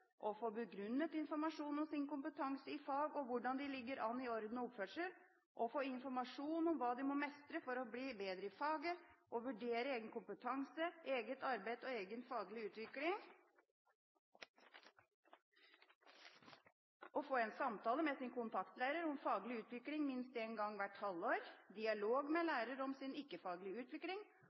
å få begrunnet informasjon om sin kompetanse i fag og hvordan de ligger an i orden og i oppførsel – å få informasjon om hva de må mestre for å bli bedre i faget – å vurdere egen kompetanse, eget arbeid og egen faglig utvikling – en samtale med sin kontaktlærer om faglig utvikling minst en gang hvert halvår – dialog med lærer om sin ikke-faglige utvikling